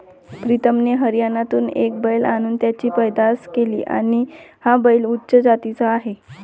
प्रीतमने हरियाणातून एक बैल आणून त्याची पैदास केली आहे, हा बैल उच्च जातीचा आहे